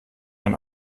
ein